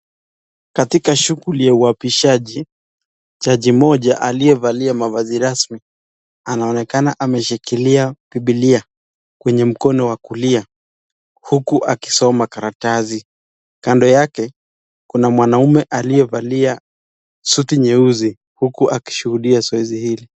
Katika shughuli ya uapishaji jaji mmoja aliyevalia mavazi rasmi anaonekana ameshikilia bibilia kwenye mkono wa kulia huku akisoma karatasi. Kando yake kuna mwanaume aliyevalia suti nyeusi huku akishuhudia zoezi hili.